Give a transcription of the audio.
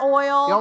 oil